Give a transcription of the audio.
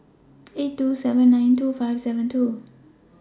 eight two seven nine two five seven two